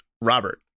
Robert